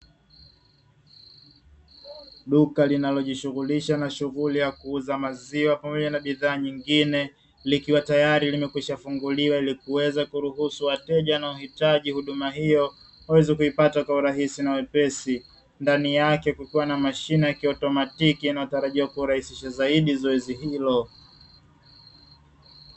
Duka linalojihusisha na shughuli ya kuuza maziwa pamoja na bidhaa nyingine likiwa tayari limekwisha funguliwa ili kuweza kuruhusu wateja wanaohitaji huduma hiyo kuweza kuipata kwa urahisi na wepesi. Ndani yake kukiwa na mashine ya kiutomatiki inatarajiwa kurahisisha zaidi zoezi hilo.